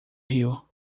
riu